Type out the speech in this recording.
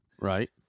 Right